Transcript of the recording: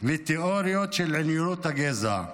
ותיאוריות של עליונות הגזע.